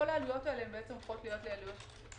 כל העלויות האלה הופכות כפולות.